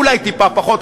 אולי טיפה פחות,